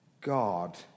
God